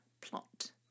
plot